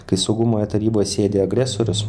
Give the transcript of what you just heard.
kai saugumo taryboje sėdi agresorius